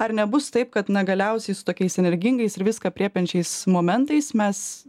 ar nebus taip kad na galiausiai su tokiais energingais ir viską aprėpiančiais momentais mes